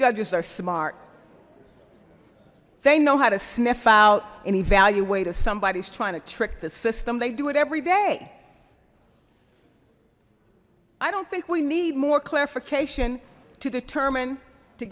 judges are smart they know how to sniff out and evaluate if somebody's trying to trick the system they do it every day i don't think we need more clarification to determine to